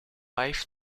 life